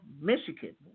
Michigan